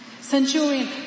Centurion